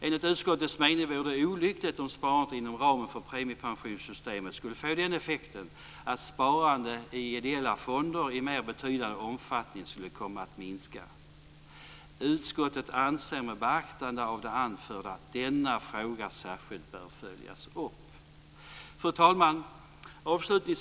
Enligt utskottets mening vore det olyckligt om sparandet inom ramen för premiepensionssystemet skulle få den effekten att sparande i ideella fonder i mer betydande omfattning skulle komma att minska. Utskottet anser med beaktande av det anförda att denna fråga särskilt bör följas upp. Fru talman!